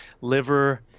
liver